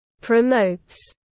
Promotes